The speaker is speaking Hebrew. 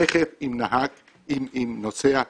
רכב עם נוסע יחיד.